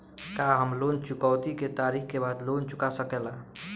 का हम लोन चुकौती के तारीख के बाद लोन चूका सकेला?